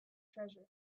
treasure